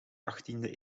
achttiende